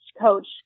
coach